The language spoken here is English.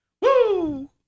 Woo